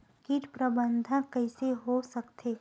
कीट प्रबंधन कइसे हो सकथे?